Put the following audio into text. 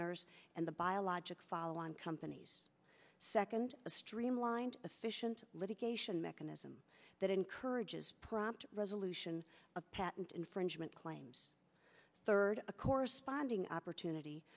owners and the biologic fall on companies second a streamlined efficient litigation mechanism that encourages prompt resolution a patent infringement claims third a corresponding opportunity